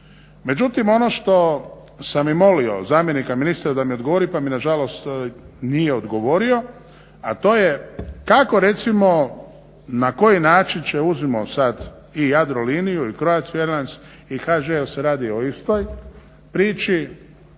Međutim ono što sam i molio zamjenika ministra da mi odgovori pa mi nažalost nije odgovorio, a to je kako recimo na koji način će uzmimo sada i Jadroliniju i Croatiu airlines i HŽ jer se radi o istoj priči